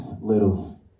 little